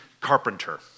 carpenter